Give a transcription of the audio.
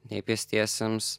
nei pėstiesiems